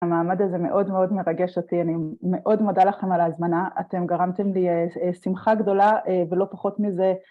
המעמד הזה מאוד מאוד מרגש אותי, אני מאוד מודה לכם על ההזמנה, אתם גרמתם לי שמחה גדולה ולא פחות מזה.